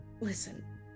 Listen